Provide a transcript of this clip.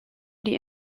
die